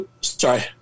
sorry